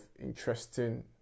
interesting